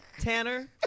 Tanner